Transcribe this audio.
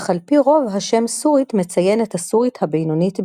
אך על פי רוב השם סורית מציין את הסורית הבינונית בלבד.